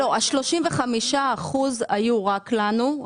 ה-35% היו רק לנו,